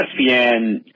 ESPN